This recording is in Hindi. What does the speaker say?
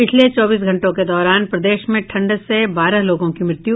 पिछले चौबीस घंटों के दौरान प्रदेश में ठंड से बारह लोगों की मृत्यु